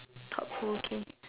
top whole okay